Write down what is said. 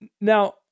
Now